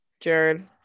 Jared